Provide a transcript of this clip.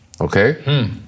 okay